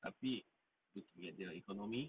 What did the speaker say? tapi looking at their economy